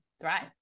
thrive